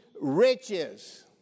riches